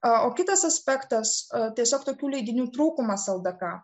o kitas aspektas tiesiog tokių leidinių trūkumas ldk